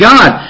God